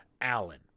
Allen